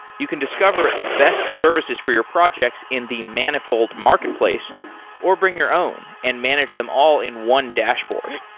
you can discover the best services for your projects in the manifold marketplace or bring your own and manage them all in one dashboard.